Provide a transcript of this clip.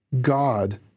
God